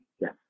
Yes